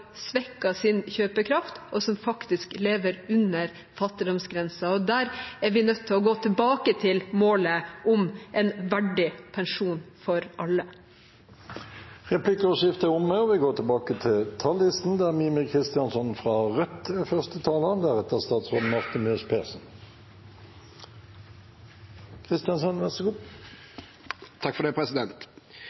sin kjøpekraft, og som faktisk lever under fattigdomsgrensen. Der er vi nødt til å gå tilbake til målet om en verdig pensjon for alle. Replikkordskiftet er omme.